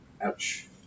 Ouch